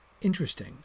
interesting